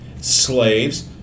Slaves